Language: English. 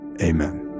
Amen